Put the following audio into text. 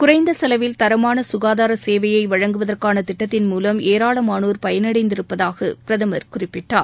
குறைந்த செலவில் தரமான சுகாதாரசேவையை வழங்குவதற்கான திட்டத்தின் மூலம் ஏராளமானோர் பயனடைந்திருப்பதாக பிரதமர் குறிப்பிட்டார்